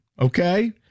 okay